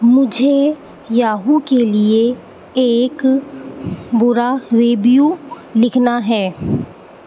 مجھے یاہو کے لیے ایک برا ریبیو لکھنا ہے